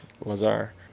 Lazar